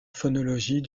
phonologie